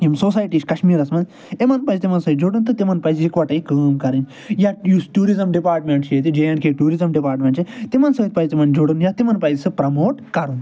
یِم سوسایٹی چھِ کشمیٖرس منٛز یِمن پٔزٕ تِمن سۭتۍ جُڑُن تہٕ تِمن پٔزٕ یکوٹی یہ کٲم کرٕنۍ یا یُس ٹٮ۪ورِزم ڈپارٹمٮ۪نٹ چھُ یتہِ J and K tourism department چھُ تِمن سۭتۍ پٔزٕ تَمن جُڑُن یا تِمن سُہ پرموٹ کرُن